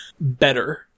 better